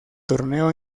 torneo